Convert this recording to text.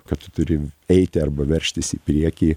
kad tu turi eiti arba veržtis į priekį